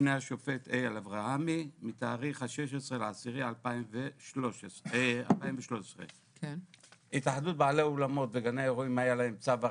לפני השופט אייל אברהמי מתאריך ה-16 באוקטובר 2013. להתאחדות בעלי אולמות וגני אירועים היה צו הרחבה,